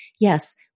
yes